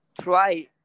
try